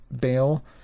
bail